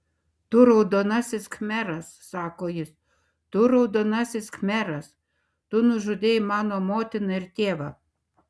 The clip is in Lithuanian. tu raudonasis khmeras sako jis tu raudonasis khmeras tu nužudei mano motiną ir tėvą